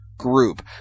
group